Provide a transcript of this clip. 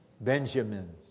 Benjamin